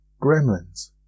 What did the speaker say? Gremlins